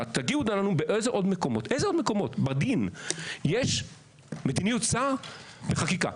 שיגידו לנו באיזה עוד מקומות בדין יש מדיניות שר בחקיקה.